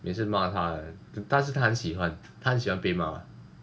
每次骂他的但是他很喜欢他很喜欢每次被骂 [what]